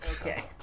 Okay